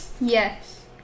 Yes